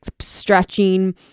stretching